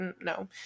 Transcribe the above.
no